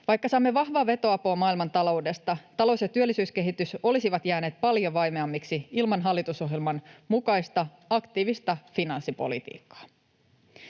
Vaikka saamme vahvaa vetoapua maailmantaloudesta, talous- ja työllisyyskehitys olisivat jääneet paljon vaimeammiksi ilman hallitusohjelman mukaista aktiivista finanssipolitiikkaa.